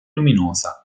luminosa